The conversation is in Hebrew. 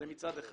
זה מצד אחד.